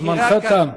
זמנך תם.